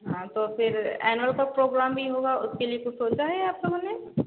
हाँ तो फिर एनुअल का प्रोग्राम भी होगा उसके लिए कुछ सोचा है आप लोगों ने